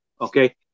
Okay